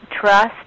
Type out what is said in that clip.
trust